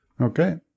Okay